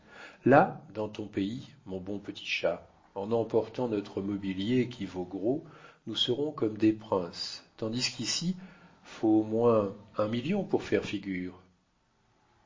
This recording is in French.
là dans ton pays mon bon petit chat en emportant notre mobilier qui vaut gros nous serons comme des princes tandis qu'ici faut au moins un million pour faire figure